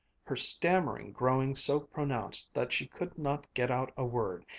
her stammering growing so pronounced that she could not get out a word,